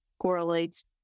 Correlates